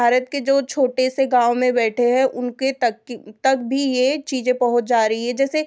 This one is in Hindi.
भारत के जो छोटे से गाँव में बैठे है उनके तक कि तक भी यह चीज़ें पहुँच जा रही है जैसे